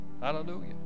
Hallelujah